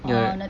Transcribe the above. ya